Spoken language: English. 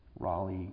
Raleigh